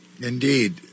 Indeed